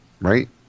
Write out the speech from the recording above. right